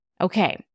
Okay